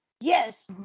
Yes